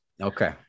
Okay